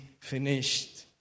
finished